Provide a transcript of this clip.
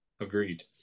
agreed